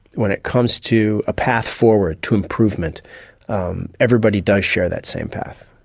when it comes to a path forward to improvement um everybody does share that same path,